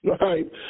right